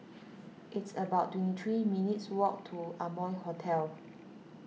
it's about twenty three minutes' walk to Amoy Hotel